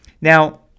Now